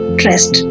trust